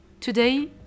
Today